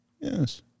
yes